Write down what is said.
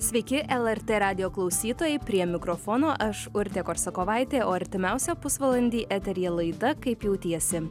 sveiki lrt radijo klausytojai prie mikrofono aš urtė korsakovaitė o artimiausią pusvalandį eteryje laida kaip jautiesi